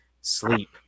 sleep